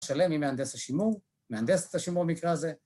‫שלם עם מהנדס השימור, ‫מהנדסת השימור במקרה הזה.